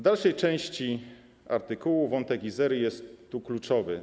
Dalsza część artykułu: Wątek Izery jest tu kluczowy.